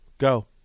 Go